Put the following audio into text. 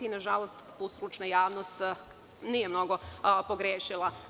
Nažalost, stručna javnost nije mnogo pogrešila.